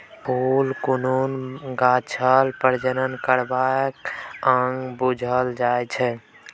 फुल कुनु गाछक प्रजनन करबाक अंग बुझल जाइ छै